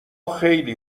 خیلی